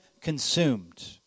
consumed